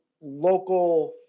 local